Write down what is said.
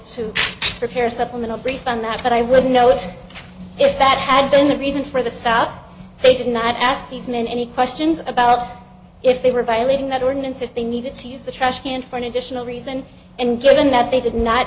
to prepare a supplemental brief on that but i would know it if that had been the reason for the stop they did not ask these men any questions about if they were violating that ordinance if they needed to use the trash can for an additional reason and given that they did not